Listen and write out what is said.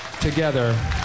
together